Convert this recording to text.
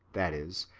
that is,